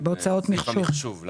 בהוצאות המחשוב.